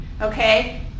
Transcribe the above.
okay